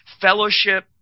fellowship